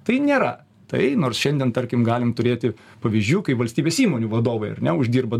tai nėra tai nors šiandien tarkim galim turėti pavyzdžių kai valstybės įmonių vadovai ar ne neuždirba